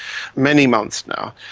many months now,